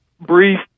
brief